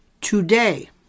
today